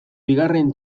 bigarren